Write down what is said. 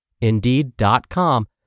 Indeed.com